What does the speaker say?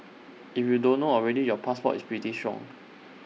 if you don't know already your passport is pretty strong